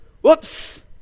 whoops